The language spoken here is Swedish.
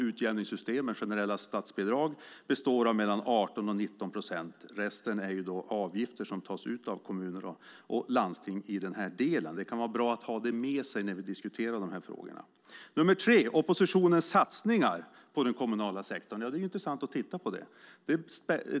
Utjämningssystemet och generella statsbidrag, som vi nu pratar om, utgör 18-19 procent. Resten är avgifter som tas ut av kommuner och landsting i den här delen. Det kan vara bra att ha det med sig när vi diskuterar de här frågorna. Det tredje gäller oppositionens satsningar på den kommunala sektorn. Det är intressant att titta på det.